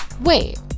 wait